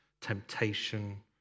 temptation